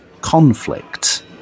conflict